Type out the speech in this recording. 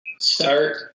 start